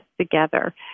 together